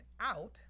out